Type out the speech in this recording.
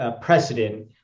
precedent